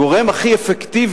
הגורם הכי אפקטיבי